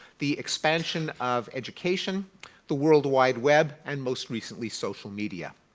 the expansion of education the worldwide web and most recently social media.